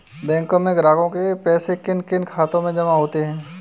बैंकों में ग्राहकों के पैसे किन किन खातों में जमा होते हैं?